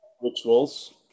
rituals